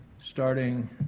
starting